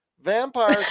Vampires